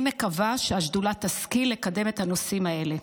אני מקווה שהשדולה תשכיל לקדם את הנושאים האלה.